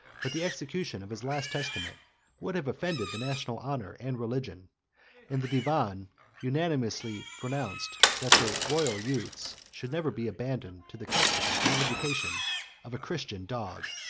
but the execution of his last testament would have offended the national honor and religion and the divan unanimously pronounced, that the royal youths should never be abandoned to the custody and education of a christian dog.